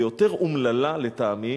ויותר אומללה לטעמי,